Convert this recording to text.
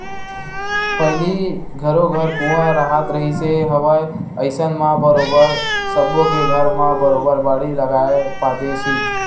पहिली घरो घर कुँआ राहत रिहिस हवय अइसन म बरोबर सब्बो के घर म बरोबर बाड़ी लगाए पातेस ही